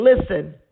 listen